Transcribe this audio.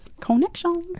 connection